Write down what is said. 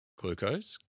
glucose